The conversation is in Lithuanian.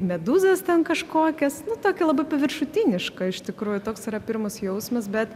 medūzas ten kažkokias tokia labai paviršutiniška iš tikrųjų toks yra pirmas jausmas bet